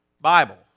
Bible